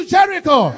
Jericho